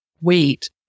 wait